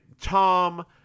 Tom